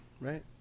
Right